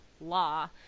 law